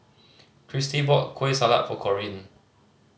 Kristy brought Kueh Salat for Corine